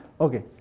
Okay